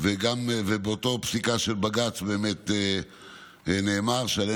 באותה פסיקה של בג"ץ באמת נאמר שעליהם